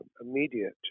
immediate